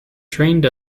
trained